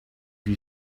you